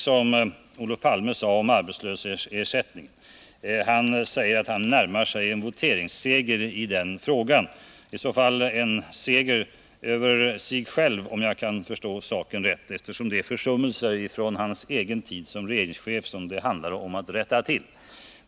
Olof Palme talade om arbetslöshetsersättningarna och sade att han närmar sig en voteringsseger i den frågan. I så fall en seger över sig själv, om jag förstår saken rätt, eftersom det handlar om att rätta till försummelser från hans egen tid såsom regeringschef.